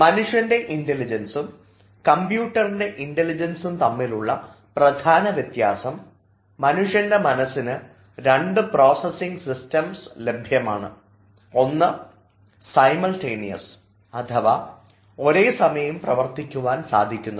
മനുഷ്യൻറെ ഇൻറലിജൻസും കമ്പ്യൂട്ടറിൻറെ ഇൻറലിജൻസും തമ്മിലുള്ള പ്രധാന വ്യത്യാസം മനുഷ്യൻറെ മനസ്സിന് രണ്ടു പ്രോസസിംഗ് സിസ്റ്റംസ് ലഭ്യമാണ് ഒന്ന് സൈമൾറ്റെനിയസ് അഥവാ ഒരേസമയം പ്രവർത്തിക്കുവാൻ സാധിക്കുന്നത്